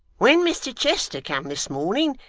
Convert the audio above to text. when mr chester come this morning,